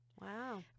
Wow